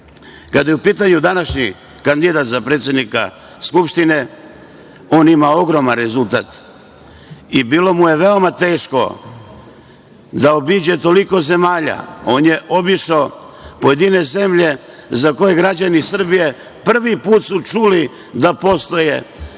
SNS.Kada je u pitanju današnji kandidat za predsednika Skupštine, on ima ogroman rezultat i bilo mu je veoma teško da obiđe toliko zemalja, on je obišao pojedine zemlje za koje građani Srbije prvi put su čuli da postoje, i da